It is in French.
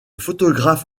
photographe